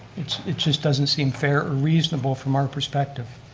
it just doesn't seem fair or reasonable from our perspective.